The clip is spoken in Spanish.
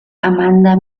amanda